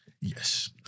yes